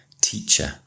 teacher